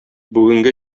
бүгенге